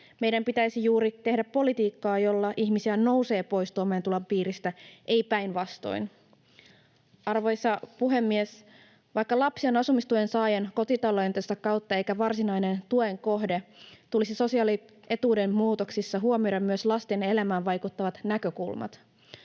Meidän pitäisi juuri tehdä politiikkaa, jolla ihmisiä nousee pois toimeentulotuen piiristä, ei päinvastoin. Arvoisa puhemies! Vaikka lapsi on asumistuen saaja kotitaloutensa kautta eikä varsinainen tuen kohde, tulisi sosiaalietuuden muutoksissa huomioida myös lasten elämään vaikuttavat näkökulmat.